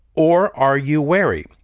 or are you wary?